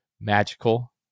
magical